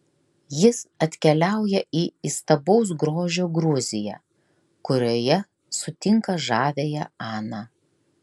jis atkeliauja į įstabaus grožio gruziją kurioje sutinka žaviąją aną